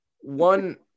One